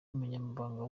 munyamabanga